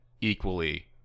equally